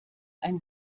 ein